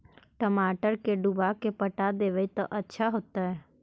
टमाटर के डुबा के पटा देबै त अच्छा होतई?